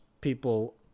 people